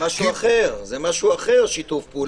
זה משהו אחר, שיתוף פעולה.